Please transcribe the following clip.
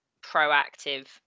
proactive